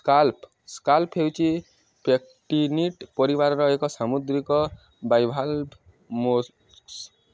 scalp scallop ହେଉଛି pectinid ପରିବାରର ଏକ ସାମୁଦ୍ରିକ ବାଇଭାଲ୍ଭ ମୋଲସ୍କ